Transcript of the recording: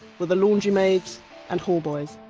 were the laundry maids and hallboys.